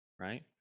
right